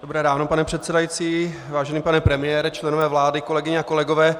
Dobré ráno, pane předsedající, vážený pane premiére, členové vlády, kolegyně a kolegové.